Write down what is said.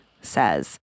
says